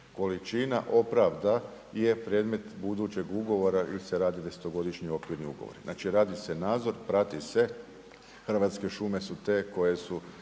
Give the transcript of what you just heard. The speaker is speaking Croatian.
količina opravda je predmet budućeg ugovora ili se radi desetogodišnji okvirni ugovor. Znači radi se nadzor, prati se, Hrvatske šume su te koje su